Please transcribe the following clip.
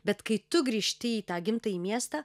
bet kai tu grįžti į tą gimtąjį miestą